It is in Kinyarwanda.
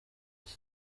iki